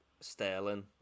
Sterling